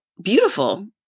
beautiful